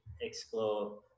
explore